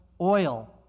oil